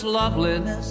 loveliness